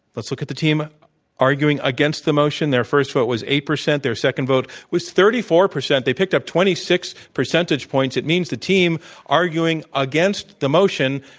let's look at the team argue against the motion. their first vote was eight percent their second vote was thirty four percent. they picked up twenty six percentage points. it means the team arguing against the motion,